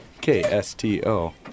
KSTO